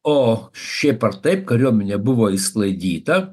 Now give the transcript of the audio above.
o šiaip ar taip kariuomenė buvo išsklaidyta